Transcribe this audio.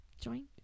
joint